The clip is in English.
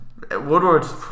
Woodward's